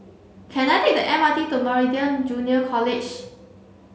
can I take the M R T to Meridian Junior College